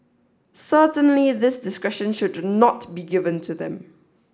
certainly this discretion should not be given to them